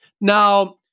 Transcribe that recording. Now